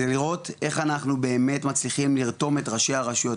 זה לראות איך אנחנו באמת מצליחים לרתום את ראשי הרשויות,